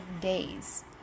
days